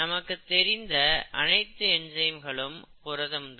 நமக்கு தெரிந்த அனைத்து என்சைம்களும் புரதம் தான்